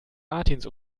martins